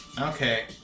Okay